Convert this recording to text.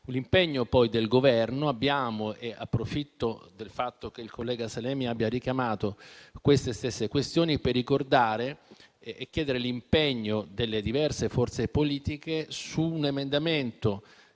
l'impegno del Governo. Approfitto del fatto che il collega Sallemi abbia richiamato queste stesse questioni per ricordare - chiedendo l'impegno delle diverse forze politiche - un emendamento